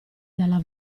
dalla